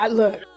look